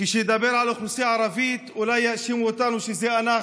כשנדבר על האוכלוסייה הערבית אולי יאשימו אותנו שזה אנחנו.